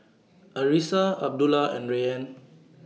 Arissa Abdullah and Rayyan